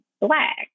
black